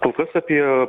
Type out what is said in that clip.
kol kas apie